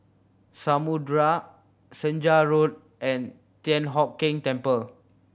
Samudera Senja Road and Thian Hock Keng Temple